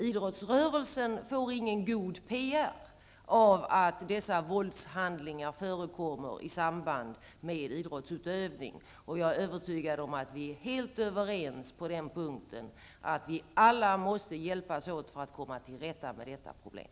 Idrottsrörelsen får inte någon god PR av att dessa våldshandlingar förekommer i samband med idrottsutövning. Jag är övertygad om att vi är helt överens på den punkten, dvs. att vi alla måste hjälpas åt för att komma till rätta med detta problem.